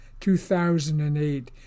2008